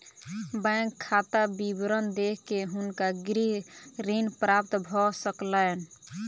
bank खाता विवरण देख के हुनका गृह ऋण प्राप्त भ सकलैन